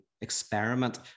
experiment